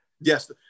Yes